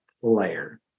player